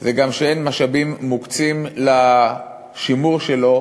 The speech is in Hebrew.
היא שגם אין משאבים מוקצים לשימור שלו,